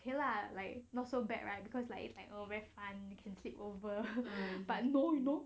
okay lah like not so bad right because like it's like oh very fun you can sleep over but no you know